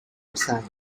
resigned